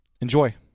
Enjoy